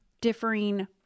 differing